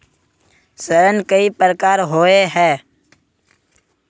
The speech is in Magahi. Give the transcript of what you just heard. ऋण कई प्रकार होए है?